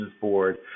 board